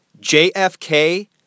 JFK